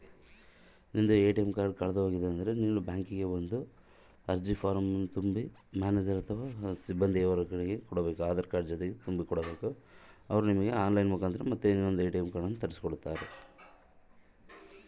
ನಂದು ATM card ಕಳೆದು ಹೋಗೈತ್ರಿ ಅದನ್ನು ಮತ್ತೆ ತಗೋಬೇಕಾದರೆ ಕಂಪ್ಯೂಟರ್ ನಾಗ ಅರ್ಜಿ ಫಾರಂ ತುಂಬಬೇಕನ್ರಿ?